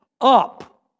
up